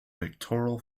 pictorial